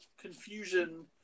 confusion